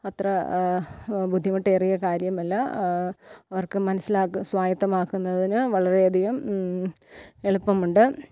അത്ര ബുദ്ധിമുട്ടേറിയ കാര്യമല്ല അവർക്കും മനസ്സിലാക്ക് സ്വായത്തമാക്കുന്നതിന് വളരെയധികം എളുപ്പമുണ്ട്